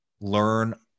learn